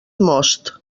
most